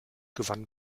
gewann